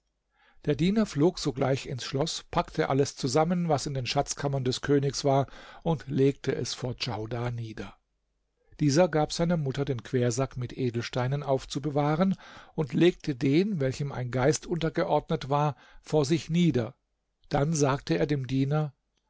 der diener flog sogleich ins schloß packte alles zusammen was in den schatzkammern des königs war und legte es vor djaudar nieder dieser gab seiner mutter den quersack mit edelsteinen aufzubewahren und legte den welchem ein geist untergeordnet war vor sich nieder dann sagte er dem diener